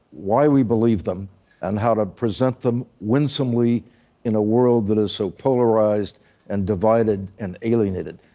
why we believe them and how to present them winsomely in a world that is so polarized and divided and alienated.